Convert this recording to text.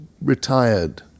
retired